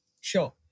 Sure